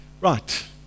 Right